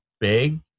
big